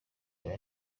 yawe